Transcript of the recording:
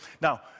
Now